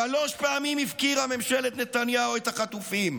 שלוש פעמים הפקירה ממשלת נתניהו את החטופים: